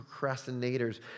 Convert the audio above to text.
procrastinators